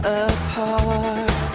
apart